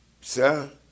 sir